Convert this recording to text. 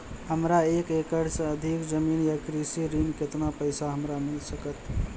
हमरा एक एकरऽ सऽ अधिक जमीन या कृषि ऋण केतना पैसा हमरा मिल सकत?